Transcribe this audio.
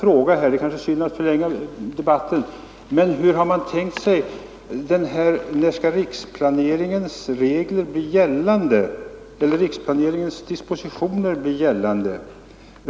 Det är kanske synd att förlänga debatten, men i detta sammanhang skulle jag vilja fråga: När skall riksplaneringens dispositioner bli gällande?